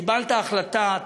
קיבלת החלטה,